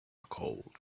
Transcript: cold